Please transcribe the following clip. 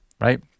right